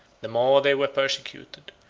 the more they were persecuted,